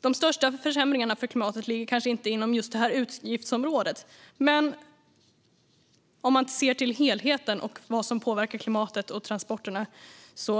De största försämringarna för klimatet ligger som sagt kanske inte inom just det här utgiftsområdet. Men om man ser till helheten och vad som påverkar klimatet och transporterna